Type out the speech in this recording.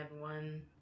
one